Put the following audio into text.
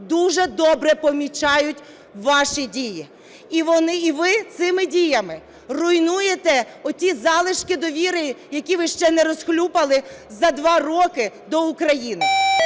дуже добре помічають ваші дії. І ви цими діями руйнуєте оті залишки довіри, які ви ще не розхлюпали за два роки, до України.